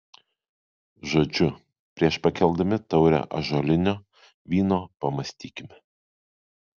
žodžiu prieš pakeldami taurę ąžuolinio vyno pamąstykime